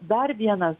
dar vienas